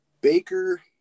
Baker